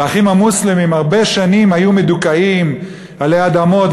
ו"האחים המוסלמים" הרבה שנים היו מדוכאים עלי אדמות,